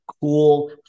cool